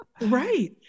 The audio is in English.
right